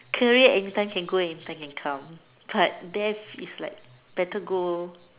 career and anytime can go anytime can come but death is like better go